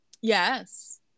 Yes